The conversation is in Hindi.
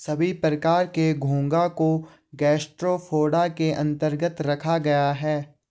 सभी प्रकार के घोंघा को गैस्ट्रोपोडा के अन्तर्गत रखा गया है